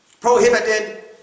prohibited